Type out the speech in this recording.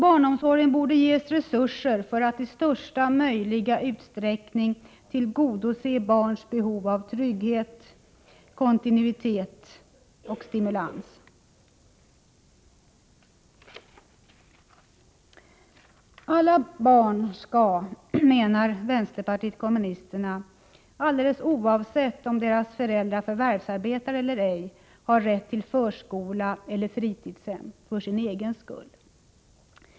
Barnomsorgen borde ges resurser för att i största möjliga utsträckning tillgodose barns behov av trygghet, kontinuitet och stimulans. Alla barn skall, menar vänsterpartiet kommunisterna, alldeles oavsett om deras föräldrar förvärvsarbetar eller ej, ha rätt till förskola eller fritidshem för sin egen skull.